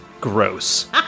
gross